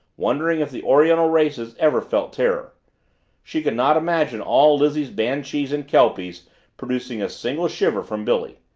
wondering if the oriental races ever felt terror she could not imagine all lizzie's banshees and kelpies producing a single shiver from billy.